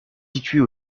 située